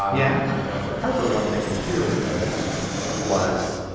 yeah i know for harper one thing that she really noticed was.